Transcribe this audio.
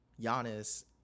Giannis